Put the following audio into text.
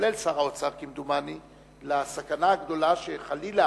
כולל שר האוצר, כמדומני, לסכנה הגדולה שחלילה